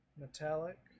Metallic